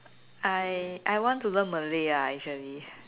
I I want to learn Malay ah actually